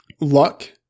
luck